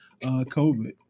covid